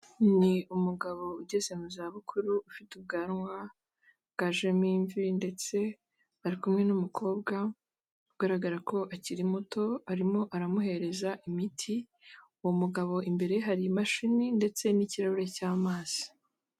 Ni umugabo ugeze mu zabukuru ufite ubwanwa bwajemo imvi, ndetse bari kumwe n'umukobwa ugaragara ko akiri muto, arimo aramuhereza imiti, uwo mugabo imbere ye hari imashini ndetse n'ikirahure cy'amazi.